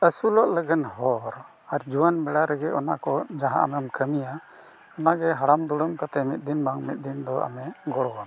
ᱟᱹᱥᱩᱞᱚᱜ ᱞᱟᱹᱜᱤᱫ ᱦᱚᱨ ᱟᱨ ᱡᱩᱣᱟᱹᱱ ᱢᱮᱲᱟ ᱨᱮᱜᱮ ᱚᱱᱟ ᱠᱚ ᱡᱟᱦᱟᱸ ᱟᱢᱮᱢ ᱠᱟᱹᱢᱤᱭᱟ ᱚᱱᱟᱜᱮ ᱦᱟᱲᱟᱢ ᱫᱩᱲᱩᱢ ᱠᱟᱛᱮᱫ ᱢᱤᱫ ᱫᱤᱱ ᱵᱟᱝ ᱢᱤᱫ ᱫᱤᱱ ᱫᱚ ᱟᱢᱮ ᱜᱚᱲᱚᱣᱟ